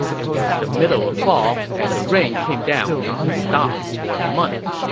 it was the middle of fall, and the rain came down nonstop for a month.